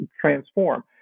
transform